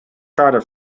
charter